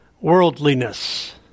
worldliness